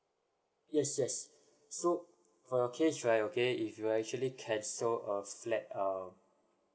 yes yes so for your case right okay if you're actually cancel a flat uh